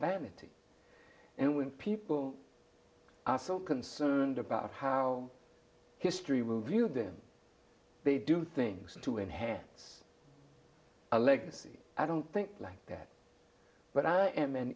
vanity and when people are so concerned about how history will view them they do things to enhance a legacy i don't think like that but i am an